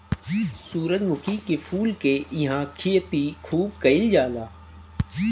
सूरजमुखी के फूल के इहां खेती खूब कईल जाला